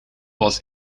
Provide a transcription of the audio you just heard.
was